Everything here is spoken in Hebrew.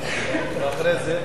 ואחרי זה,